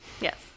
Yes